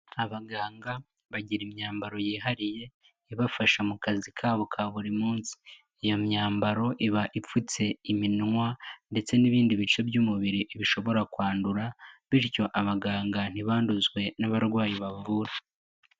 Abaganga bagira imyambaro yihariye, ibafasha mu kazi kabo ka buri munsi. Iyo myambaro, iba ipfutse iminwa ndetse n'ibindi bice by'umubiri bishobora kwandura, bityo abaganga ntibanduzwe n'abarwayi bavura.